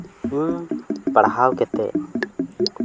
ᱤᱧ ᱯᱟᱲᱦᱟᱣ ᱠᱟᱛᱮ